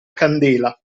candela